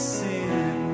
sin